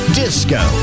disco